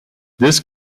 this